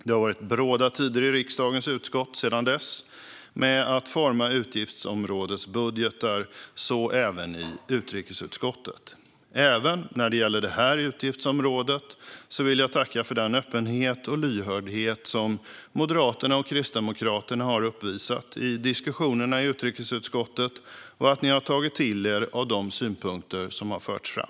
Det har sedan dess varit bråda tider i riksdagens utskott med att forma utgiftsområdesbudgetar, så även i utrikesutskottet. Även när det gäller detta utgiftsområde vill jag tacka för den öppenhet och lyhördhet som ni i Moderaterna och Kristdemokraterna har uppvisat i diskussionerna i utrikesutskottet och att ni har tagit till er av de synpunkter som förts fram.